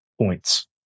points